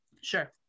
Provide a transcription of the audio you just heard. Sure